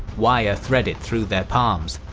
wire threaded through their palms,